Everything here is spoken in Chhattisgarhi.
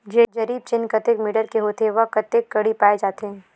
जरीब चेन कतेक मीटर के होथे व कतेक कडी पाए जाथे?